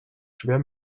schwer